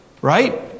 right